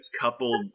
coupled